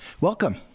Welcome